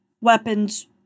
weapons